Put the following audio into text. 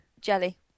jelly